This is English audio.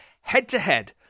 Head-to-head